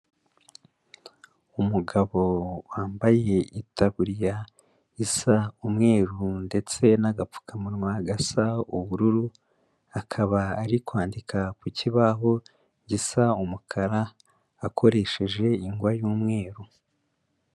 Umugabo wambaye itaburiya isa umweru ndetse n'agapfukamunwa gasa ubururu, akaba ari kwandika ku kibaho gisa umukara, akoresheje ingwa y'umweru.